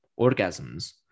orgasms